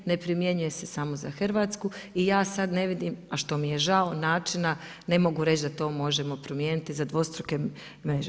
Ne primjenjuje se samo za Hrvatsku i ja sad ne vidim, a što mi je žao načina, ne mogu reći da to možemo primijeniti za dvostruke mreže.